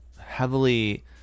heavily